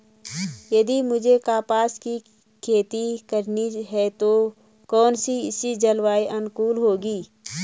यदि मुझे कपास की खेती करनी है तो कौन इसी जलवायु अनुकूल होगी?